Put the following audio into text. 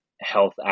health